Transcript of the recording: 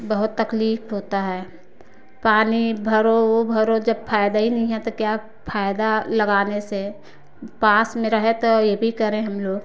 बहुत तकलीफ़ होता है पानी भरो वह भरो जब फायदा ही नहीं है तो क्या फायदा लगाने से पास में रहे तो यह भी करें हम लोग